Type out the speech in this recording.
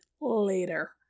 later